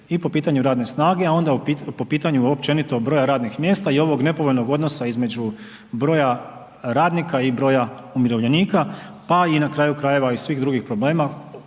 i po pitanju radne snage, a onda po pitanju općenito broja radnih mjesta i ovog nepovoljnog odnosa između broja radnika i broja umirovljenika, pa na kraju krajeva i svih drugih problema,